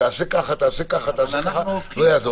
תעשה ככה, תעשה ככה, תעשה ככה, לא יעזור.